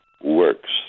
works